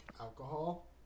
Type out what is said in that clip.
alcohol